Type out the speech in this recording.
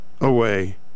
away